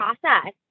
process